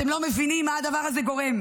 אתם לא מבינים למה הדבר הזה גורם.